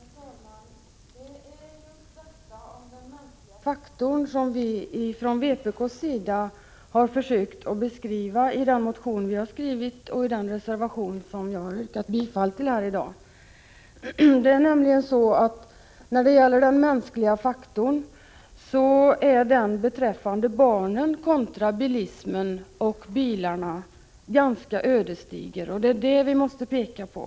Herr talman! Det är just hur viktig den mänskliga faktorn är som vi från vpk:s sida har försökt beskriva i den motion som vi har väckt och i den reservation som jag har yrkat bifall till här i dag. Den mänskliga faktorn är ganska ödesdiger när det gäller barnen kontra bilismen och bilarna. Det är detta vi måste peka på.